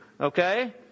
Okay